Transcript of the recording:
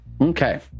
Okay